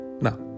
Now